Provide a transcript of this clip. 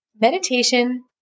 meditation